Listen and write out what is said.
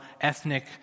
ethnic